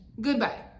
Goodbye